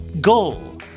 goal